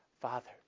Father